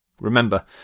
Remember